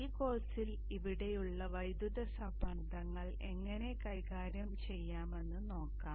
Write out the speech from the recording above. ഈ കോഴ്സിൽ ഇവിടെയുള്ള വൈദ്യുത സമ്മർദ്ദങ്ങൾ എങ്ങനെ കൈകാര്യം ചെയ്യാമെന്ന് നോക്കാം